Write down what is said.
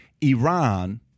Iran